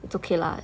it's okay lah